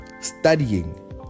Studying